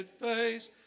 face